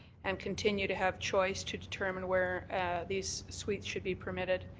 and continue to have choice to determine where these suites should be permitted.